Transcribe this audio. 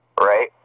right